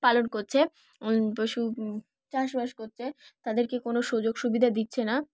পালন করছে পশু চাষবাস করছে তাদেরকে কোনো সুযোগ সুবিধা দিচ্ছে না